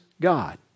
God